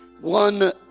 one